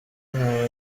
nkaba